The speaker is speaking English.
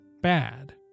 bad